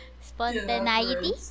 Spontaneity